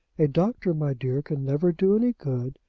a doctor, my dear, can never do any good,